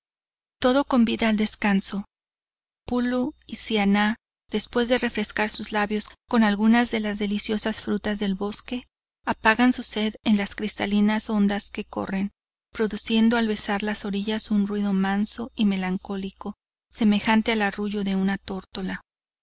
todo convida al descanso pulo y siannah después de refrescar sus labios con algunas de las deliciosas frutas del bosque apagan su sed en las cristalinas ondas que corren produciendo al besar las orillas un ruido manso y melancólico semejante al arrullo de un tórtola